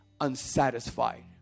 unsatisfied